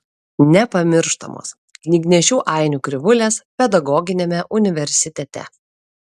nepamirštamos knygnešių ainių krivulės pedagoginiame universitete